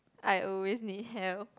I always need help